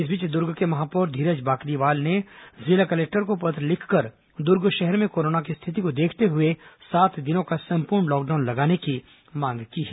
इस बीच दुर्ग के महापौर धीरज बाकलीवाल ने जिला कलेक्टर को पत्र लिखकर दुर्ग शहर में कोरोना की स्थिति को देखते हुए सात दिनों का संपूर्ण लॉकडाउन लगाने की मांग की है